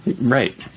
right